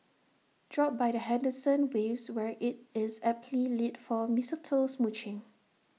drop by the Henderson waves where IT is aptly lit for mistletoe smooching